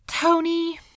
Tony